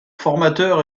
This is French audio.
formateur